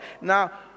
Now